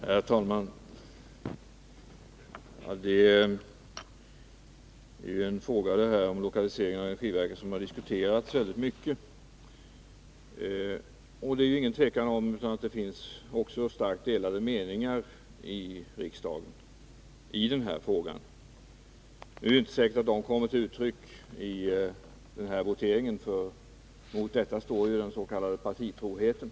Herr talman! Denna fråga om lokalisering av energiverket har diskuterats mycket. Det är inget tvivel om att det finns starkt delade meningar i riksdagen när det gäller den här frågan. Nu är det inte säkert att dessa kommer till uttryck i den här voteringen — mot detta står ju den s.k. partitroheten.